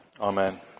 amen